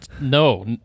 No